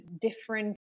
different